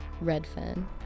Redfern